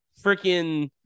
freaking